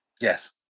Yes